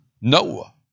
Noah